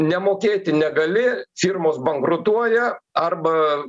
nemokėti negali firmos bankrutuoja arba